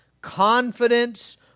confidence